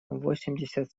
восемьдесят